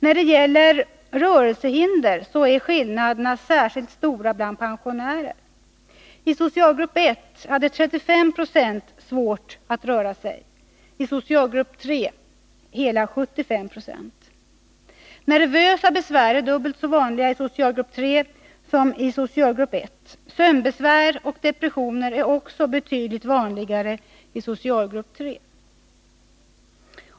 När det gäller rörelsehinder är skillnaderna särskilt stora bland pensionärer. I socialgrupp 1 hade 35 96 svårt att röra sig, i socialgrupp 3 hela 75 96. Nervösa besvär är dubbelt så vanliga i socialgrupp 3 som i socialgrupp 1. Sömnbesvär och depressioner är också betydligt vanligare i socialgrupp 3.